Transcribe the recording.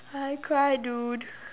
I cried dude